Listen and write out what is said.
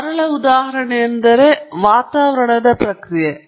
ಇದಕ್ಕಾಗಿ ಒಂದು ಸರಳ ಉದಾಹರಣೆಯೆಂದರೆ ವಾತಾವರಣದ ಪ್ರಕ್ರಿಯೆ